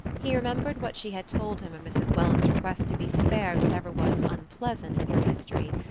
he remembered what she had told him of mrs. welland's request to be spared whatever was unpleasant in her history,